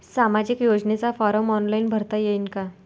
सामाजिक योजनेचा form online भरता येईन का?